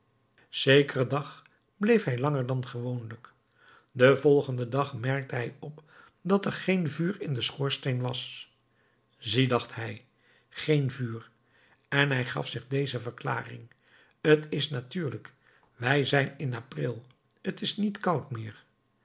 zekeren dag bleef hij langer dan gewoonlijk den volgenden dag merkte hij op dat er geen vuur in den schoorsteen was zie dacht hij geen vuur en hij gaf zich deze verklaring t is natuurlijk wij zijn in april t is niet koud meer